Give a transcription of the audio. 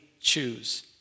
choose